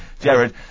Jared